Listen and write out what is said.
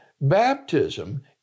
Baptism